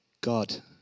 God